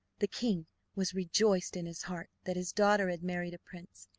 the king was rejoiced in his heart that his daughter had married a prince,